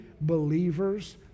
believers